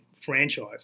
franchise